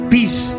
Peace